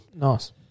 Nice